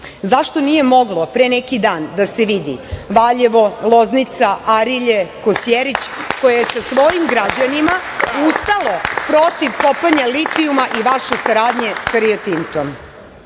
nije moglo pre neki dan da se vidi Valjevo, Loznica, Arilje, Kosjerić, koje je sa svojim građanima ustalo protiv kopanja litijuma i vaše saradnje sa Rio